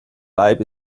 leib